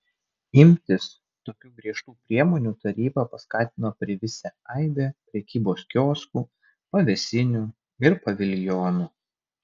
imtis tokių griežtų priemonių tarybą paskatino privisę aibė prekybos kioskų pavėsinių ir paviljonų